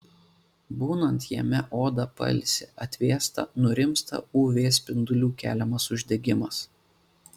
būnant jame oda pailsi atvėsta nurimsta uv spindulių keliamas uždegimas